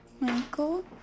Michael